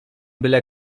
byle